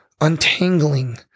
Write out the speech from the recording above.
untangling